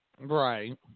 Right